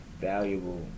valuable